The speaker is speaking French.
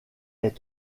est